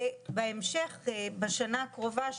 ובהמשך בשנה הקרובה,